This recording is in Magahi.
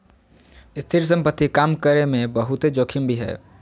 स्थिर संपत्ति काम करे मे बहुते जोखिम भी हय